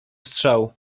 strzał